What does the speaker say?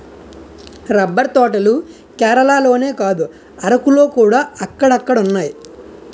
rubber తోటలు కేరళలోనే కాదు అరకులోకూడా అక్కడక్కడున్నాయి